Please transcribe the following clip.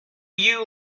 you